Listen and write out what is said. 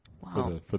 Wow